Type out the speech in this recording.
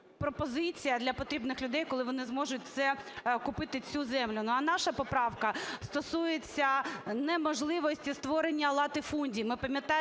пропозиція для потрібних людей, коли вони зможуть купити цю землю. Ну, а наша поправка стосується неможливості створення латифундій.